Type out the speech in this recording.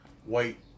White